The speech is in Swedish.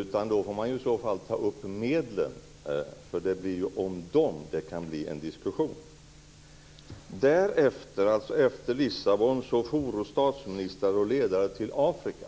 I stället får man ju ta upp medlen, för det är ju om dem som de kan bli en diskussion. Därefter, alltså efter mötet i Lissabon, foro statsministrar och ledare till Afrika.